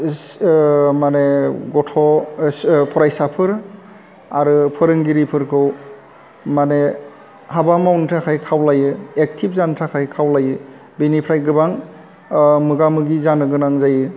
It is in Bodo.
इस मानि गथ' फरायसाफोर आरो फोरोंगिरिफोरखौ मानि हाबा मावनो थाखाय खावलायो एकटिभ जानो थाखाय खावलायो बेनिफ्राय गोबां मोगा मोगि जानो गोनां जायो